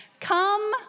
Come